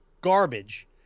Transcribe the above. garbage